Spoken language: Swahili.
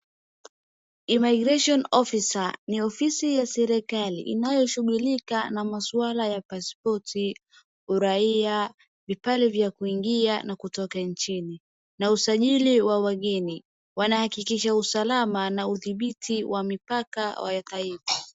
Immigration Officer ni ofisi ya serikali inayoshughulika na maswala ya pasipoti, uraia vibali vya kuingia na kutoka nchini na usajili wa wageni. Wanahakikisha usalama na udhibiti wa mipaka wa taifa.